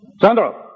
Sandro